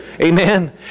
Amen